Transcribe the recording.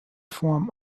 form